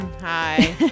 Hi